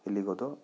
ಎಲ್ಲಿಗೆ ಹೋದೆವು